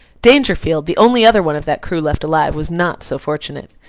dangerfield, the only other one of that crew left alive, was not so fortunate.